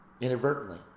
inadvertently